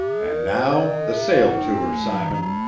and now the sail to her, simon.